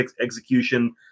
execution